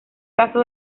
caso